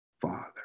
father